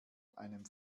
einem